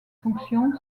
fonction